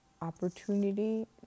opportunity